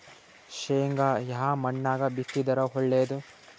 ಶೇಂಗಾ ಯಾ ಮಣ್ಣಾಗ ಬಿತ್ತಿದರ ಒಳ್ಳೇದು?